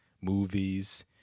movies